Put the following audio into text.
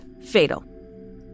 fatal